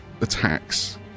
attacks